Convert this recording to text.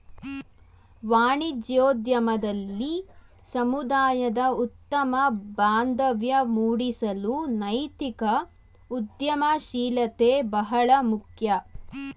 ವಾಣಿಜ್ಯೋದ್ಯಮದಲ್ಲಿ ಸಮುದಾಯದ ಉತ್ತಮ ಬಾಂಧವ್ಯ ಮೂಡಿಸಲು ನೈತಿಕ ಉದ್ಯಮಶೀಲತೆ ಬಹಳ ಮುಖ್ಯ